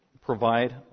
provide